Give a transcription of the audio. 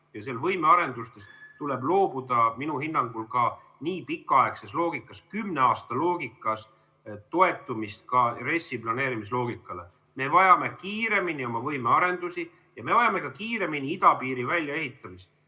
Võimearendustes tuleb minu hinnangul ka pikaaegses loogikas, kümne aasta loogikas, loobuda toetumisest RES‑i planeerimisloogikale. Me vajame kiiremini oma võimearendusi ja me vajame ka kiiremini idapiiri väljaehitamist.